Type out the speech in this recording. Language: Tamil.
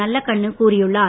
நல்லக்கண்ணு கூறியுள்ளார்